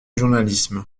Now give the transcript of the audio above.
journalisme